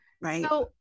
right